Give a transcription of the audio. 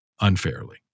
unfairly